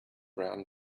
brown